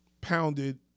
pounded